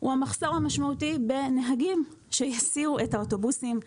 הוא המחסור המשמעותי בנהגים שיסיעו את האוטובוסים.